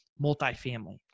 multifamily